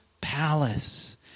palace